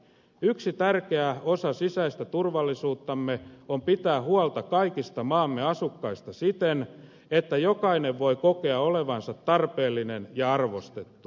yksi tärkeä osa sisäistä turvallisuuttamme on pitää huolta kaikista maamme asukkaista siten että jokainen voi kokea olevansa tarpeellinen ja arvostettu